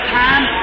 time